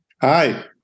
Hi